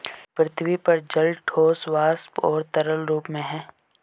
पृथ्वी पर जल ठोस, वाष्प और तरल रूप में है